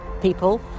people